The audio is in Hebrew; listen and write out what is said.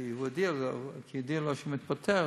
הוא הודיע לו שהוא מתפטר,